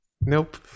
Nope